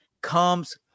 comes